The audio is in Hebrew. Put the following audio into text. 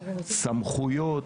סמכויות,